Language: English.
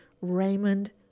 Raymond